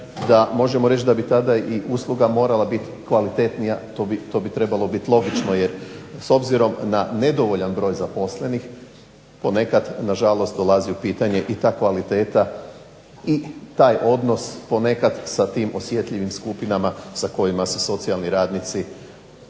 da možemo reći da bi tada i usluga morala biti kvalitetnija. To bi trebalo biti logično. Jer s obzirom na nedovoljan broj zaposlenih ponekad na žalost dolazi u pitanje i ta kvaliteta i taj odnos ponekad sa tim osjetljivim skupinama sa kojima se socijalni radnici,